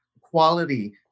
quality